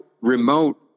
remote